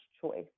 choice